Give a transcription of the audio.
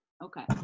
Okay